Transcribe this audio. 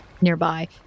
nearby